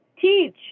teach